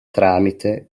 tramite